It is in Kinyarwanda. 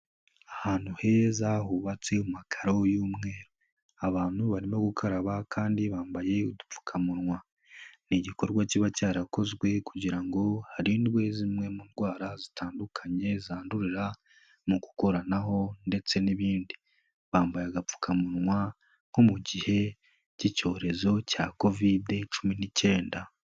Ahantu heza hubatse mu makararo y'umweru, abantu barimo gukaraba kandi bambaye udupfukamunwa, ni igikorwa kiba cyarakozwe kugira ngo harindwe zimwe mu ndwara zitandukanye zandurira mu gukoranaho ndetse n'ibindi, bambaye agapfukamunwa nko mu gihe cy'icyorezo cya Covid cumi n'icyenda.